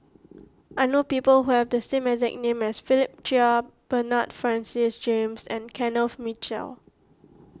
I know people who have the same exact name as Philip Chia Bernard Francis James and Kenneth Mitchell